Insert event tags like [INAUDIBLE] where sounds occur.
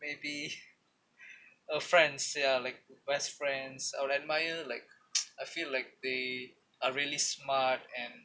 maybe [LAUGHS] uh friends ya like best friends or admire like [NOISE] I feel like they are really smart and